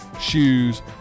shoes